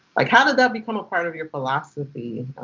like, how did that become a part of your philosophy?